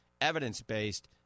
evidence-based